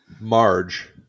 marge